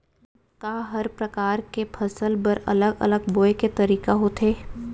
का हर प्रकार के फसल बर अलग अलग बोये के तरीका होथे?